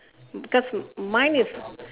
because mine is